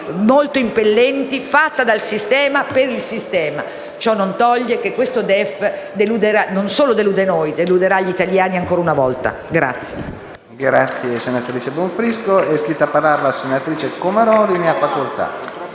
molto impellenti, fatta dal sistema per il sistema. Ciò non toglie che questo DEF non solo delude noi, ma deluderà anche gli italiani, ancora una volta.